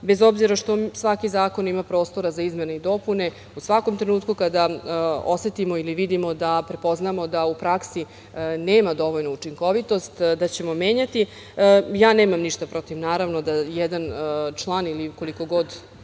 bez obzira što svaki zakon ima prostora za izmene i dopune, u svakom trenutku kada osetimo ili vidimo da prepoznamo da u praksi nema dovoljnu učinkovitost da ćemo menjati. Ja nemam ništa protiv, naravno, da jedan član ili koliko god